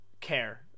care